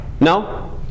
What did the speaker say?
No